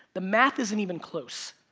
the math isn't even close.